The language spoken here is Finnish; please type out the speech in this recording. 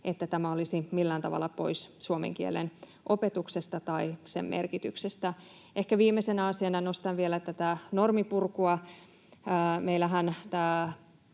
että tämä olisi millään tavalla pois suomen kielen opetuksesta tai sen merkityksestä. Ehkä viimeisenä asiana nostan vielä tätä normipurkua. Meillähän tämä